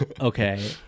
Okay